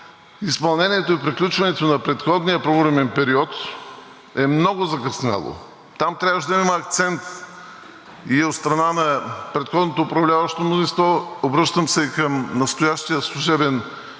изпълнението и приключването на предходния програмен период е много закъсняло. Там трябваше да има акцент и от страна на предходното управляващо мнозинство. Обръщам се и към настоящия служебен Министерски